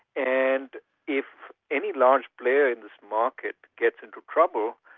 and if any large player in this market gets into trouble,